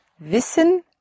wissen